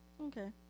okay